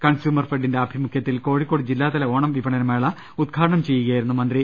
consumer ഫെഡിന്റെ ആഭിമുഖ്യത്തിൽ കോഴിക്കോട് ജില്ലാതല ഓണം വിപ ണന മേള ഉദ്ഘാടനംചെയ്യുകയായിരുന്നു മന്ത്രി